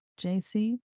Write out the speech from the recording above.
JC